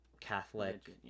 Catholic